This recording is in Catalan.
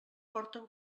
porten